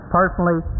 personally